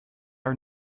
are